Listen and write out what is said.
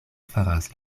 faras